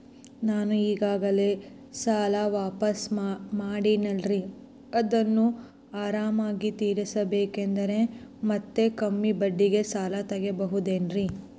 ನಾನು ಈಗಾಗಲೇ ಸಾಲ ವಾಪಾಸ್ಸು ಮಾಡಿನಲ್ರಿ ಅದನ್ನು ಆರಾಮಾಗಿ ತೇರಿಸಬೇಕಂದರೆ ಮತ್ತ ಕಮ್ಮಿ ಬಡ್ಡಿಗೆ ಸಾಲ ತಗೋಬಹುದೇನ್ರಿ?